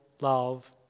love